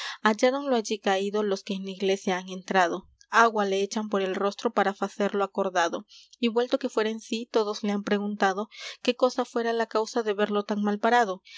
halláronlo allí caído los que en la iglesia han entrado agua le echan por el rostro para facerlo acordado y vuelto que fuera en sí todos le han preguntado qué cosa fuera la causa de verlo tan mal parado